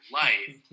life